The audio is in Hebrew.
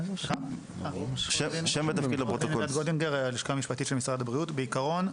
אני מנסה לברר אם